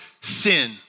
sin